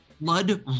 blood